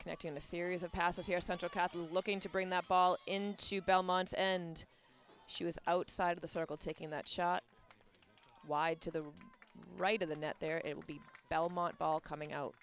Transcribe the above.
connecting a series of passes here central kept looking to bring that ball into belmont and she was outside of the circle taking that shot wide to the right of the net there it would be belmont ball coming out